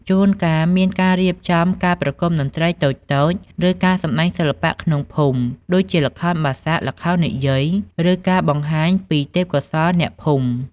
ជួនកាលមានការរៀបចំការប្រគំតន្ត្រីតូចៗ ឬការសម្ដែងសិល្បៈក្នុងភូមិ ដូចជាល្ខោនបាសាក់ ល្ខោននិយាយ ឬការបង្ហាញពីទេពកោសល្យអ្នកភូមិ ។